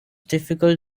difficult